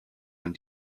man